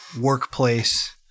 workplace